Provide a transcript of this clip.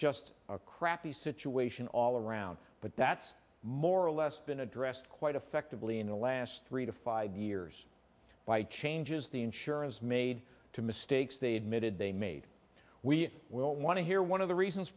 just a crappy situation all around but that's more or less been addressed quite effectively in the last three to five years by changes the insurance made to mistakes they admitted they made we will want to hear one of the reasons